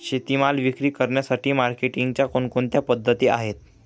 शेतीमाल विक्री करण्यासाठी मार्केटिंगच्या कोणकोणत्या पद्धती आहेत?